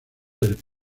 del